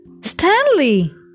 Stanley